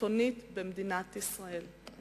השלטונית במדינת ישראל.